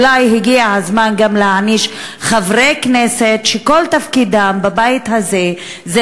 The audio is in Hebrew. אולי הגיע הזמן גם להעניש חברי כנסת שכל תפקידם בבית הזה זה